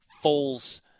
falls